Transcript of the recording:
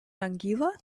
anguilla